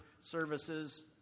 services